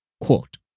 quote